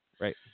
Right